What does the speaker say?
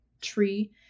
tree